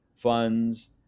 funds